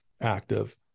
active